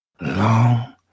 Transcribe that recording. long